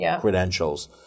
credentials